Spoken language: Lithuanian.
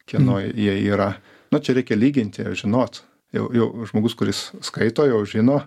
kieno jie yra na čia reikia lyginti žinot jau jau žmogus kuris skaito jau žino